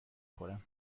خورم